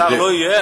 השר לא יהיה.